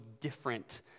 different